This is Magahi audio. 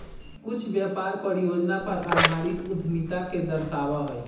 कुछ व्यापार परियोजना पर आधारित उद्यमिता के दर्शावा हई